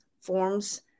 forms